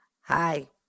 Hi